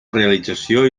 realització